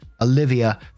Olivia